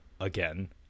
again